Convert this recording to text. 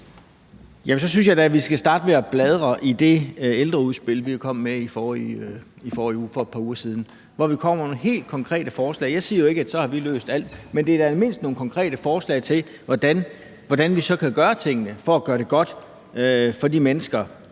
så synes jeg da, at vi skal starte med at bladre i det ældreudspil, vi kom med for et par uger siden, hvor vi kommer med nogle helt konkrete forslag. Jeg siger jo ikke, at vi så har løst alt, men det er i det mindste nogle konkrete forslag til, hvordan vi så kan gøre tingene for at gøre det godt for de mennesker,